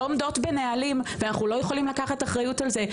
כאלה שלא עומדות בנהלים ואנחנו לא יכולים לקחת אחריות על זה.